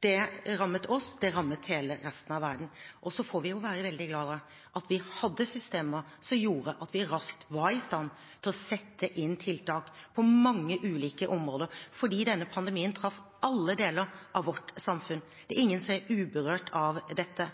Det rammet oss, det rammet hele resten av verden. Så får vi være veldig glad for at vi hadde systemer som gjorde at vi raskt var i stand til å sette inn tiltak på mange ulike områder, for denne pandemien traff alle deler av vårt samfunn. Det er ingen som er uberørt av dette.